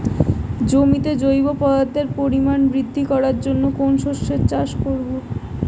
জমিতে জৈব পদার্থের পরিমাণ বৃদ্ধি করার জন্য কোন শস্যের চাষ করবো?